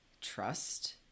trust